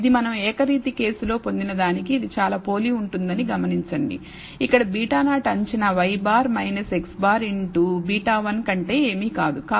ఇది మనం ఏకరీతి కేసులో పొందిన దానికి ఇది చాలా పోలి ఉందని గమనించండిఅక్కడ β0 అంచనా y̅ x̅ β1 కంటే ఏమీ కాదు